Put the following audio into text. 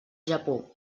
japó